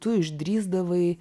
tu išdrįsdavai